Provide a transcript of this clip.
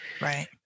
Right